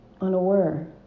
unaware